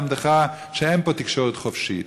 ללמדך שאין פה תקשורת חופשית.